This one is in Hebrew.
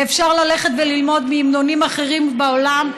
ואפשר ללכת וללמוד מהמנונים אחרים בעולם,